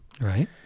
Right